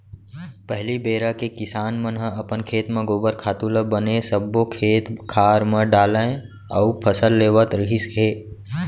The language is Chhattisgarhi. पहिली बेरा के किसान मन ह अपन खेत म गोबर खातू ल बने सब्बो खेत खार म डालय अउ फसल लेवत रिहिस हे